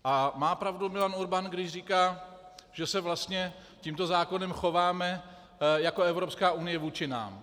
A má pravdu Milan Urban, když říká, že se vlastně tímto zákonem chováme jako Evropská unie vůči nám.